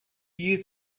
years